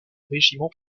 régiment